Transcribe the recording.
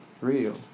Real